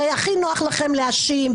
הרי הכי נוח לכם להאשים.